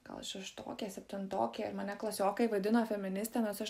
gal šeštokė septintokė ir mane klasiokai vadino feministe nes aš